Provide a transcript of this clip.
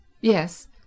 Yes